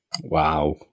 Wow